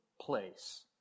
place